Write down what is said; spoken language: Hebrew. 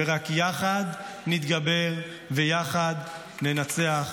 רק יחד נתגבר ויחד ננצח.